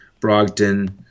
Brogdon